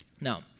Now